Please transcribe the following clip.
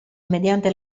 mediante